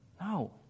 No